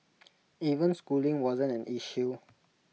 even schooling wasn't an issue